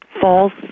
false